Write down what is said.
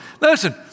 Listen